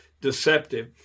deceptive